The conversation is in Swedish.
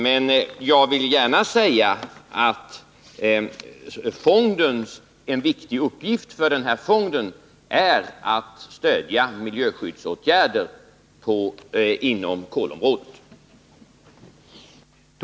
Däremot vill jag gärna säga att en viktig uppgift för fonden är att stödja miljöskyddsåtgärder på kolområdet.